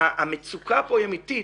והמצוקה פה היא אמיתית.